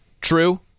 true